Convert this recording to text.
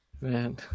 Man